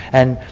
and